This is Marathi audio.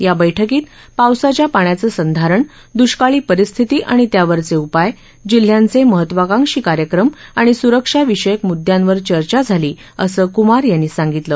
या बैठकीत पावसाच्या पाण्याचं संधारण दुष्काळी परिस्थिती आणि त्यावरचे उपाय जिल्ह्यांचे महत्त्वाकांक्षी कार्यक्रम आणि सुरक्षाविषयक मुद्यांवर चर्चा झाली असं कुमार यांनी सांगितलं